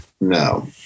No